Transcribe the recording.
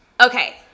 Okay